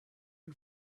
and